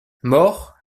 mort